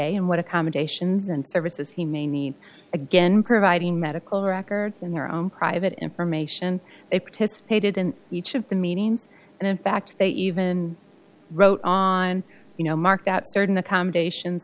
each and what accommodations and services he may need again providing medical records in their own private information they participated in each of the meetings and in fact they even wrote on you know marked out certain accommodations